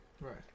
Right